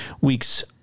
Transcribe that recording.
week's